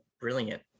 brilliant